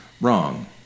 Wrong